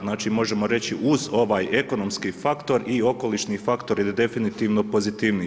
Znači možemo reći uz ovaj ekonomski faktor i okolišni faktor je definitivno pozitivniji.